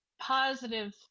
positive